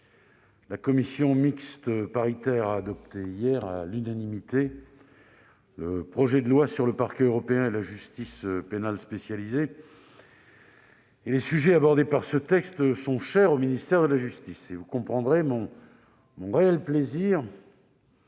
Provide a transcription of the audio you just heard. la commission mixte paritaire a adopté hier, à l'unanimité, le projet de loi sur le Parquet européen et la justice pénale spécialisée. Les sujets abordés dans ce texte sont chers au ministère de la justice. Vous comprendrez donc le réel plaisir